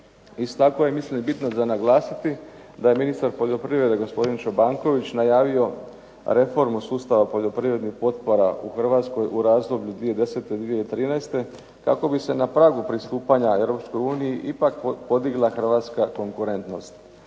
tako je mislim bitno za naglasiti da je ministar poljoprivrede gospodin Čobanković najavio reformu sustava poljoprivrednih potpora u Hrvatskoj u razdoblju 2010., 2013. kako bi se na pragu pristupanja Europskoj uniji ipak podigla hrvatska konkurentnost.